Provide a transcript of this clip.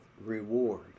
reward